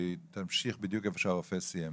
שתמשיך בדיוק איפה שהרופא סיים.